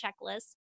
checklist